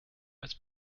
als